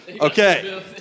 Okay